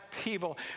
people